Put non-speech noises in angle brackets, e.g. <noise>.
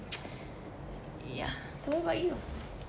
<noise> ya so what about you